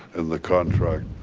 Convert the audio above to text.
in the contract?